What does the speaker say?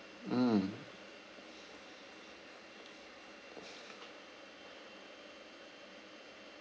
mm